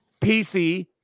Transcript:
PC